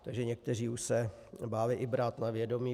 Takže někteří se už báli i brát na vědomí.